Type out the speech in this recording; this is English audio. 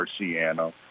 Marciano